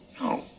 No